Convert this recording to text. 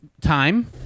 time